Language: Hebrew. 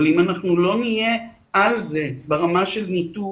אבל אם לא נהיה על זה ברמה של ניטור,